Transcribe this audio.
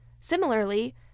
Similarly